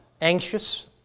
anxious